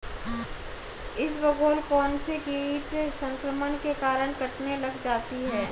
इसबगोल कौनसे कीट संक्रमण के कारण कटने लग जाती है?